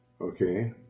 Okay